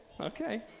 okay